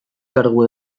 kargu